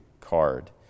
card